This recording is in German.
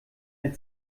der